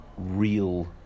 real